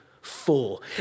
full